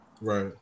Right